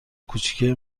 کوچیکه